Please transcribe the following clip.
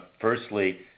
Firstly